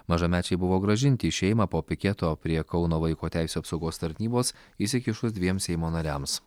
mažamečiai buvo grąžinti į šeimą po piketo prie kauno vaiko teisių apsaugos tarnybos įsikišus dviem seimo nariams